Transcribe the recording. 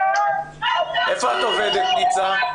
איפה את עובדת, ניצה?